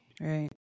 Right